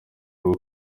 rwo